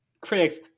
critics